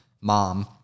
mom